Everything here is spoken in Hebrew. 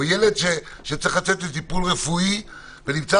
או ילד שצריך לצאת לטיפול רפואי ונמצא